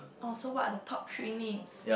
oh so what are the top three names